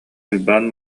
уйбаан